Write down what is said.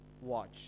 watch